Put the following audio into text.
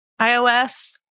iOS